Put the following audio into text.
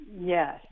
Yes